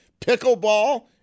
Pickleball